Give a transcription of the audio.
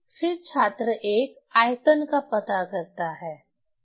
फिर छात्र 1 आयतन पता करता है सही